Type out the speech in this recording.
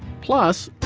plus,